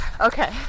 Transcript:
Okay